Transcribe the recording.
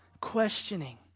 questioning